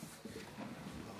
כבוד נשיא המדינה ראובן